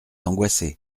angoissée